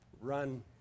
run